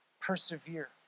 persevere